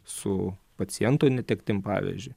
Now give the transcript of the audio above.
su paciento netektim pavyzdžiui